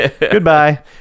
goodbye